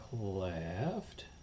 left